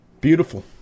beautiful